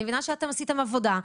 אני מבינה שעשיתן עבודה,